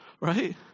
Right